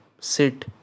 sit